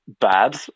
bad